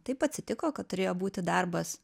taip atsitiko kad turėjo būti darbas